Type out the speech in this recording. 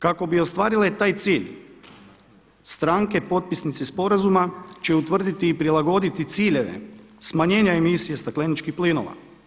Kako bi ostvarile taj cilj stranke potpisnice sporazuma će utvrditi i prilagoditi ciljeve smanjenja emisije stakleničkih plinova.